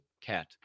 cat